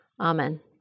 Amen